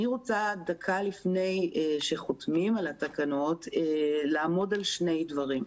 דקה לפני שחותמים על התקנות אני רוצה לעמוד על שני דברים.